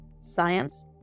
science